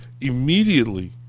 Immediately